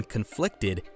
Conflicted